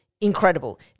incredible